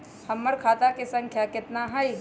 हमर खाता के सांख्या कतना हई?